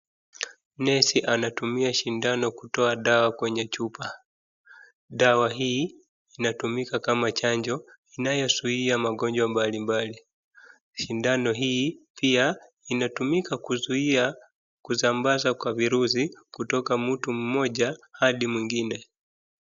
Nesi anatumia shindano kutoa dawa kwenye chupa. Dawa hii inatumika kama chanjo inayozuia magonjwa mbalimbali . Shindano hii pia inatumika kuzuia kusambaza kwa virusi kutoka mtu moja hadi mwingine.